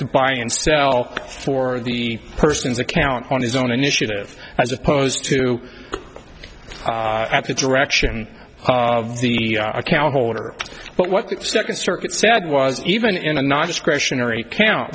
to buy and sell for the person's account on his own initiative as opposed to at the direction of the account holder but what the second circuit said was even in a not discretionary count